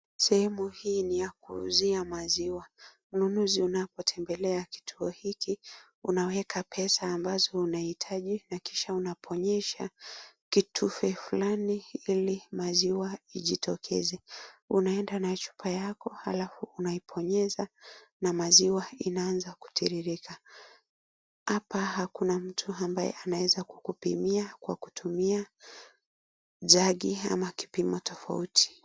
Sehemu hii ni ya kuuzia maziwa, mnunuzi unapotembelea kituo hiki unaweka pesa ambazo unahitaji na kisha unabonyeza kitufe flani ili maziwa ijitokeze, unaenda na chupa yako alafu unaibonyeza na maziwa inaanza kutiririka. Hapa hakuna mtu ambaye anaweza kukupimia kwa kutumia jagi ama kipimo tofauti.